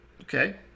Okay